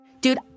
Dude